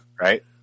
Right